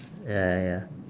ya ya